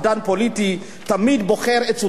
תמיד בוחר את שותפיו הטבעיים,